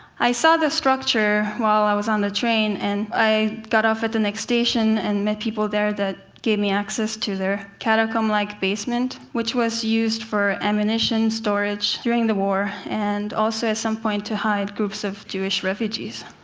i saw the structure while i was on the train, and i got off at the next station and met people there that gave me access to their catacomb-like basement, which was used for ammunition storage during the war and also, at some point, to hide groups of jewish refugees.